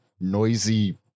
noisy